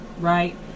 right